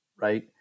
Right